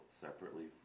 separately